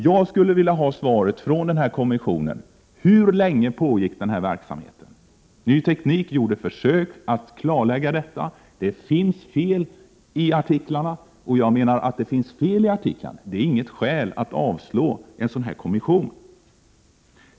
Jag skulle från en kommission vilja ha svar på frågan: Hur länge pågick den verksamheten? Ny Teknik gjorde försök att klarlägga detta. Det finns fel i artiklarna i Ny Teknik, men detta är inget skäl att avslå en begäran om ett tillsättande av en kommission.